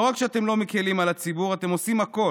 לא רק שאתם לא מקילים על הציבור אלא אתם עושים הכול,